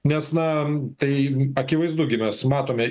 nes na tai akivaizdu gi mes matome